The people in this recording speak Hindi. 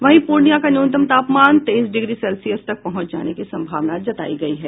वहीं पूर्णिया का न्यूनतम तापमान तेईस डिग्री सेल्सियस तक पहुंच जाने की संभावना जतायी गयी है